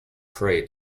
pray